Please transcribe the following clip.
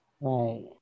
Right